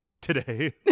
today